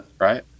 Right